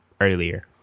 earlier